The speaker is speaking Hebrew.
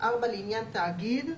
(4)לעניין תאגיד,